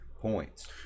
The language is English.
points